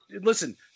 Listen